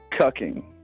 Cucking